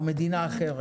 או מדינה אחרת,